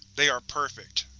they are perfect.